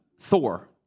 Thor